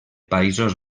països